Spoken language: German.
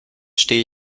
stehe